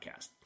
podcast